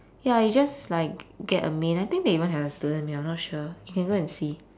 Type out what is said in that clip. ya you just like g~ get a meal I think they even have a student meal not sure you can go and see